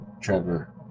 Trevor